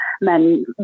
men